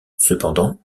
cependant